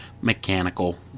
mechanical